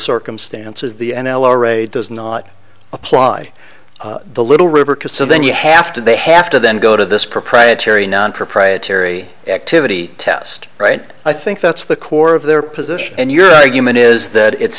circumstances the n l r a does not apply the little river because so then you have to they have to then go to this proprietary nonproprietary activity test right i think that's the core of their position and your argument is that it's